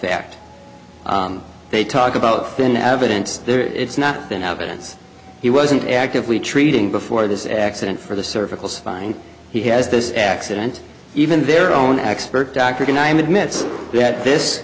fact they talk about then evidence there it's not been evidence he wasn't actively treating before this accident for the cervical spine he has this accident even their own expert dr can i am admits that this